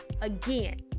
again